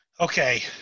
Okay